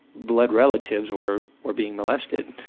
blood relatives were were being molested,